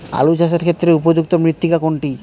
আলু চাষের ক্ষেত্রে উপযুক্ত মৃত্তিকা কোনটি?